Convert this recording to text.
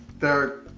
there,